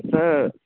sir